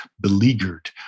beleaguered